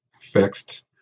fixed